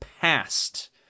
past